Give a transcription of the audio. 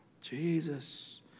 Jesus